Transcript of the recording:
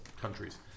countries